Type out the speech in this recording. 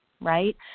right